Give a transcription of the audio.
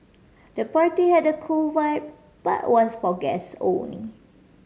the party had a cool vibe but was for guests only